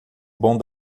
bom